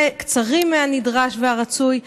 וקצרים מהנדרש והרצוי.